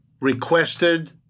requested